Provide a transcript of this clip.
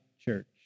church